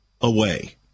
away